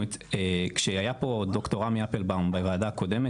כשהיה פה ד"ר רמי אפלבאום בוועדה הקודמת,